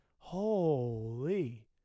Holy